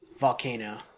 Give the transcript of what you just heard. Volcano